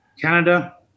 Canada